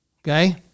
Okay